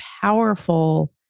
powerful